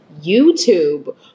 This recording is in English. YouTube